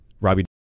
Robbie